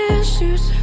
issues